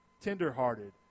tender-hearted